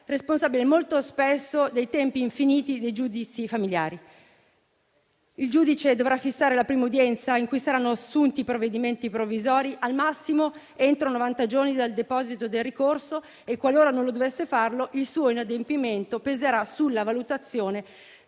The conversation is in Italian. responsabile molto spesso dei tempi infiniti dei giudizi familiari. Il giudice dovrà fissare la prima udienza in cui saranno assunti provvedimenti provvisori al massimo entro novanta giorni dal deposito del ricorso e, qualora non dovesse farlo, il suo inadempimento peserà sulla valutazione